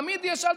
תמיד יהיה שאלטר,